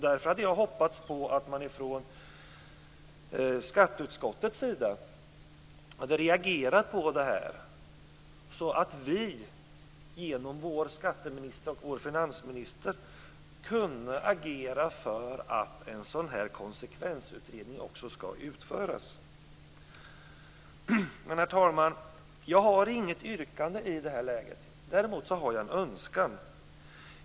Därför hade jag hoppats att skatteutskottet skulle reagera på det här så att vi genom vår skatteminister och vår finansminister hade kunnat agera för att en sådan här konsekvensutredning också skall utföras. Herr talman! Jag har inget yrkande i det här läget. Däremot har jag en önskan.